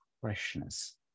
freshness